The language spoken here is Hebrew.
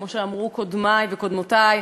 כמו שאמרו קודמי וקודמותי,